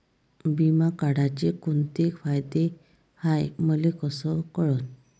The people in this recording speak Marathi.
बिमा काढाचे कोंते फायदे हाय मले कस कळन?